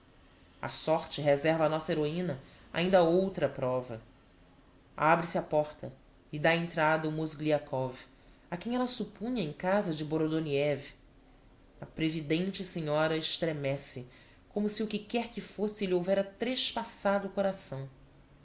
a sorte reserva á nossa heroina ainda outra prova abre-se a porta e dá entrada o mozgliakov a quem ella suppunha em casa de borodoniev a previdente senhora estremece como se o que quer que fosse lhe houvera trespassado o coração